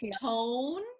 tone